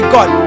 God